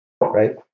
right